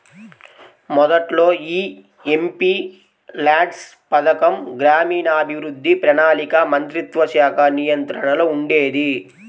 మొదట్లో యీ ఎంపీల్యాడ్స్ పథకం గ్రామీణాభివృద్ధి, ప్రణాళికా మంత్రిత్వశాఖ నియంత్రణలో ఉండేది